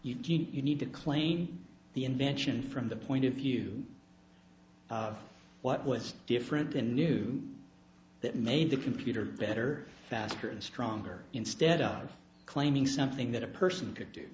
you need to claim the invention from the point of view of what was different than new that made the computer better faster and stronger instead of claiming something that a person could do